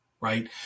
right